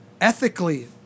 Ethically